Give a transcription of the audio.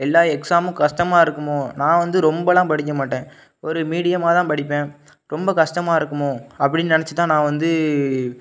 எல்லாம் எக்ஸாமு கஷ்டமாக இருக்கும் நான் வந்து ரொம்பலாம் படிக்க மாட்டேன் ஒரு மீடியமாக தான் படிப்பேன் ரொம்ப கஷ்டமாக இருக்கும் அப்படின் நினச்சி தான் நான் வந்து